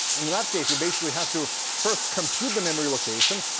and that case, you basically have to first compute the memory location,